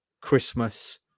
christmas